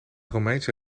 romeinse